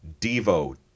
Devo